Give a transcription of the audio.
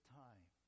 time